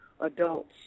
adults